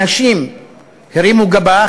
אנשים הרימו גבה.